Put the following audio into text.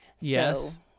Yes